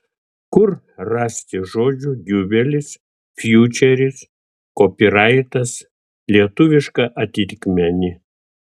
kur rasti žodžių diubelis fjučeris kopyraitas lietuvišką atitikmenį